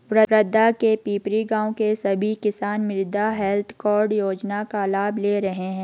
वर्धा के पिपरी गाँव के सभी किसान मृदा हैल्थ कार्ड योजना का लाभ ले रहे हैं